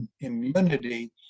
immunity